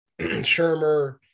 Shermer